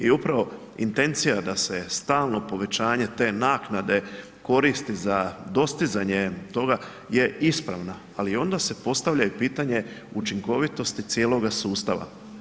I upravo intencija da se stalno povećanje te naknade koristi za dostizanje toga je ispravna, ali onda se postavlja i pitanje učinkovitosti cijeloga sustava.